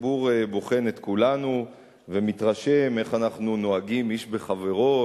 הציבור בוחן את כולנו ומתרשם איך אנחנו נוהגים איש בחברו,